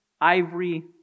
ivory